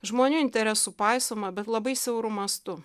žmonių interesų paisoma bet labai siauru mastu